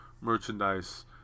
merchandise